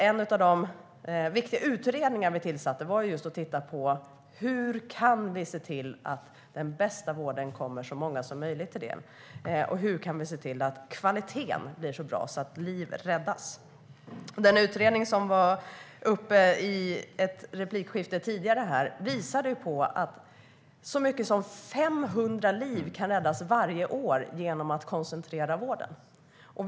En av de viktiga utredningar vi tillsatte handlade om att titta på hur vi kan se till att den bästa vården kommer så många som möjligt till del och hur vi kan se till att kvaliteten blir så bra att liv räddas. Den utredning som togs upp i ett tidigare replikskifte här visade att så mycket som 500 liv kan räddas varje år genom att vården koncentreras.